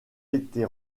été